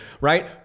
right